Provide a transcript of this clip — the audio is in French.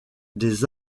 des